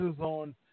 on